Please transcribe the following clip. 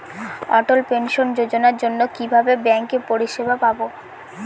অটল pension যোজনার জন্য কিভাবে ব্যাঙ্কে পরিষেবা পাবো?